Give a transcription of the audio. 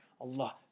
Allah